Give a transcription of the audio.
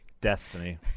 Destiny